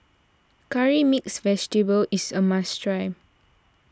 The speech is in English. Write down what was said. Curry Mixed Vegetable is a must try